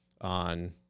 on